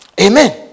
Amen